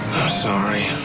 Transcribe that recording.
sorry.